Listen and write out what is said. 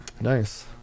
nice